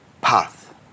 path